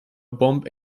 bomb